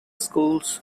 schools